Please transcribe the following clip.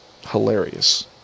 hilarious